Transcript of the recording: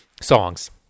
songs